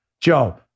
Joe